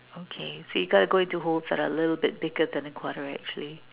okay so you got to go into holes that are a little bit bigger than a quarter actually